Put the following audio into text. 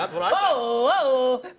ah whoa!